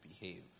behave